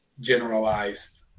generalized